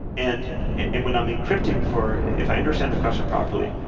and and when i'm encrypting for if i understand the question properly,